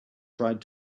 tried